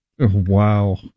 wow